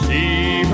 See